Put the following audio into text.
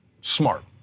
smart